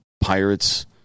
Pirates